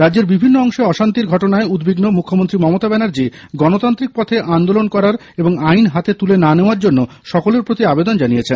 রাজ্যের বিভিন্ন অংশে অশান্তির ঘটনায় উদ্বিগ্ন মুখ্যমন্ত্রী মমতা ব্যানার্জী গণতান্ত্রিক পথে আন্দোলন করার এবং আইন হাতে তুলে না নেওয়ার জন্য সকলের প্রতি আবেদন জানিয়েছেন